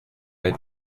rate